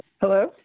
Hello